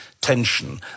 tension